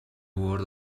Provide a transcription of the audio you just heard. word